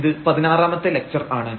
ഇത് പതിനാറാമത്തെ ലക്ച്ചർ ആണ്